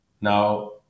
now